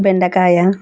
బెండకాయ